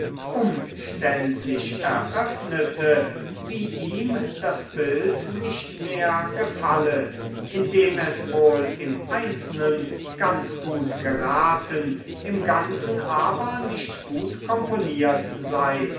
umständlich eröffnete wie ihm das bild nicht mehr gefalle indem es wohl im einzelnen ganz gut geraten im ganzen aber nicht gut komponiert sei